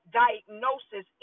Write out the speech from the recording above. diagnosis